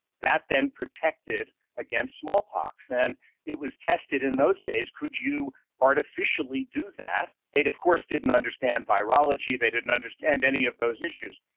that then protected against smallpox. and it was tested in those days could you artificially do that? they of course didn't understand virology, they didn't understand any of those issues.